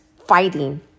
fighting